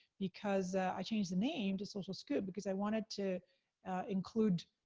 because i changed the name to social scoop, because i wanted to include